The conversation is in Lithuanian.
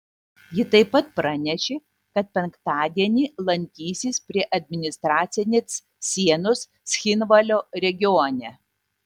ji taip pat pranešė kad penktadienį lankysis prie administracinės sienos cchinvalio regione